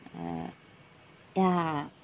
err ya